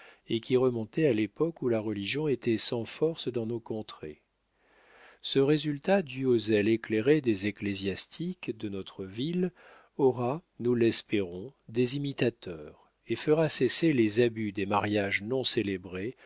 et qui remontait à l'époque où la religion était sans force dans nos contrées ce résultat dû au zèle éclairé des ecclésiastiques de notre ville aura nous l'espérons des imitateurs et fera cesser les abus des mariages non célébrés